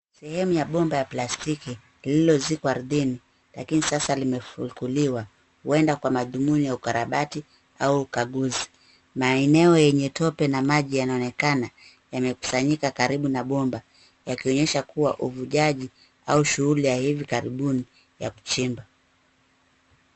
Sehemu ya bomba ya plastiki, lililozikwa ardhini, lakini sasa limefukuliwa, huenda kwa madhumuni ya ukarabati, au ukaguzi. Maeneo yenye tope na maji yanaonekana, yamekusanyika karibu na bomba, yakionyesha kuwa uvujaji au shughuli ya hivi karibuni, ya kuchimba.